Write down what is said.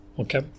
Okay